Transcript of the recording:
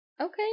Okay